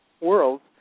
worlds